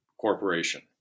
corporation